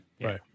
right